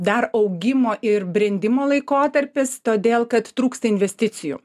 dar augimo ir brendimo laikotarpis todėl kad trūksta investicijų